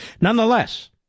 Nonetheless